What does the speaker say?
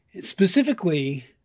specifically